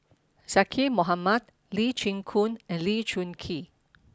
Zaqy Mohamad Lee Chin Koon and Lee Choon Kee